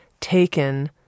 taken